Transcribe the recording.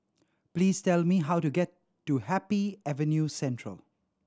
please tell me how to get to Happy Avenue Central